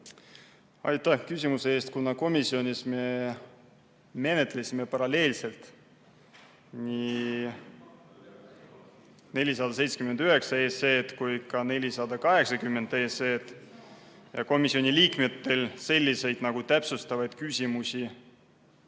Aitäh küsimuse eest! Kuna komisjonis me menetlesime paralleelselt nii 479 SE‑d kui ka 480 SE‑d ja komisjoni liikmetel selliseid täpsustavaid küsimusi